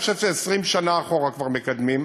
אני חושב שכבר 20 שנה אחורה מקדמים.